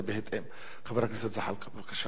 חבר הכנסת זחאלקה, בבקשה, אדוני.